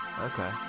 Okay